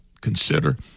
consider